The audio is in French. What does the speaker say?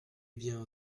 bien